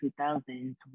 2000s